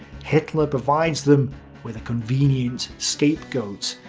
hitler provides them with a convenient scapegoat,